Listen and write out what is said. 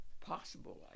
possible